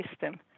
system